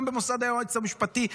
גם במוסד היועץ המשפטי.